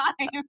time